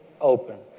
open